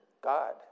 God